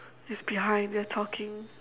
it's behind they're talking